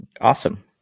Awesome